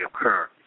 occur